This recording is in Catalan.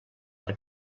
per